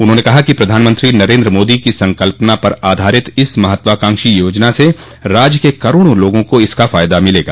उन्होंने कहा कि प्रधानमंत्री नरेन्द्र मादी की संकल्पना पर आधारित इस महात्वाकांक्षी योजना से राज्य के करोड़ों लोगों को इसका फायदा मिलेगा